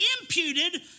imputed